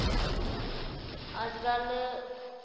अज्जकल